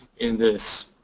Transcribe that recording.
in this.